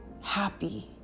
happy